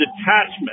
detachment